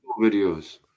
videos